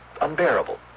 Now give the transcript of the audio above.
unbearable